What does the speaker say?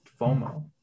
FOMO